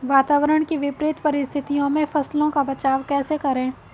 वातावरण की विपरीत परिस्थितियों में फसलों का बचाव कैसे करें?